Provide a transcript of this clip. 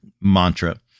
mantra